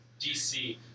DC